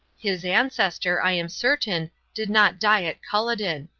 his ancestor, i am certain, did not die at culloden.